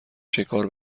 شکار